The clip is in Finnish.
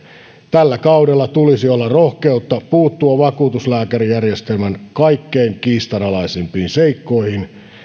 tällä kaudella tulisi olla rohkeutta puuttua vakuutuslääkärijärjestelmän kaikkein kiistanalaisimpiin seikkoihin